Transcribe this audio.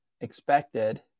expected